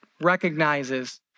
recognizes